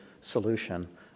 solution